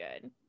good